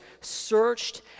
searched